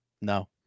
No